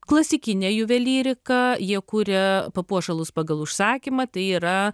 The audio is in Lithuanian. klasikinę juvelyriką jie kuria papuošalus pagal užsakymą tai yra